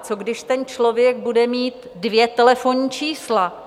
Co když ten člověk bude mít dvě telefonní čísla?